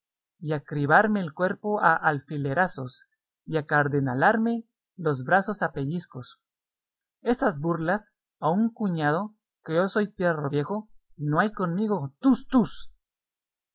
y acribarme el cuerpo a alfilerazos y acardenalarme los brazos a pellizcos esas burlas a un cuñado que yo soy perro viejo y no hay conmigo tus tus